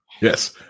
Yes